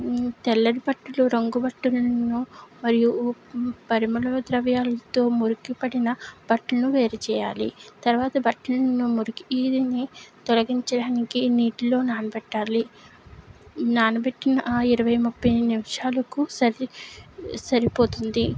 తెల్లటి బట్టలు రంగుబట్టలను మరియు పరిమళ ద్రవ్యాలతో మురికిపడిన బట్టలు వేరు చేయాలి తర్వాత మురికిని తొలగించడానికి నీటిలో నానబెట్టాలి నానబెట్టిన ఇరవై ముప్పై నిమిషాలకు సరిపోతుంది